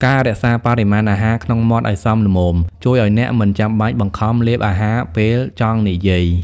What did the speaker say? ការរក្សាបរិមាណអាហារក្នុងមាត់ឱ្យសមល្មម ជួយឱ្យអ្នកមិនចាំបាច់បង្ខំលេបអាហារពេលចង់និយាយ។